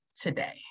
today